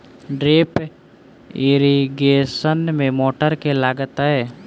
Drip irrigation मे motor केँ लागतै?